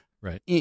Right